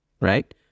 right